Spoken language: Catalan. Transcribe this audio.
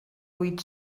huit